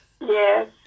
Yes